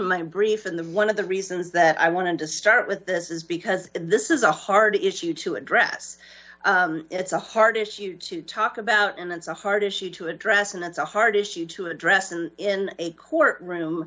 my brief and the one of the reasons that i wanted to start with this is because this is a hard issue to address it's a hard issue to talk about and it's a hard issue to address and it's a hard issue to address in a court room